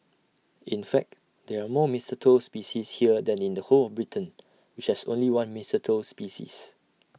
in fact there are more mistletoe species here than in the whole of Britain which has only one mistletoe species